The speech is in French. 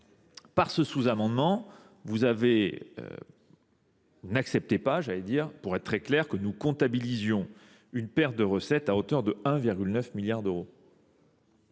Par ce sous-amendement, vous n'acceptez pas, j'allais dire, pour être très clair, que nous comptabilisions une perte de recette à hauteur de 1,9 milliard d'euros.